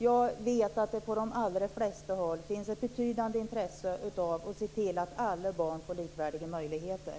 Jag vet att det på de allra flesta håll finns ett betydande intresse av att se till att alla barn får likvärdiga möjligheter.